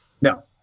No